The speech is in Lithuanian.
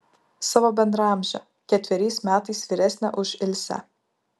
savo bendraamžę ketveriais metais vyresnę už ilsę